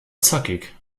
zackig